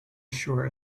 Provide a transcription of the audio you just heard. sure